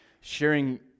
sharing